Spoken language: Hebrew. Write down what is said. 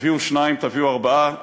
תביאו שניים, תביאו ארבעה,